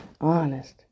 Honest